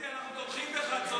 אדוני, אנחנו תומכים בך, אתה צודק.